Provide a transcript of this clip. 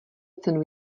cenu